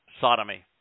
sodomy